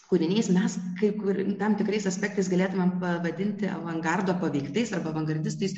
kūriniais mes kaip kur tam tikrais aspektais galėtumėm pavadinti avangardo paveiktais arba avangardistais